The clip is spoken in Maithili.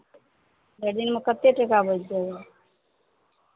भरि दिनमे कतेक टाका बचि जाइए